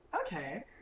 Okay